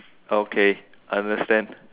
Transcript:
okay understand